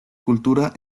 cultura